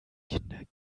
kinder